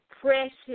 precious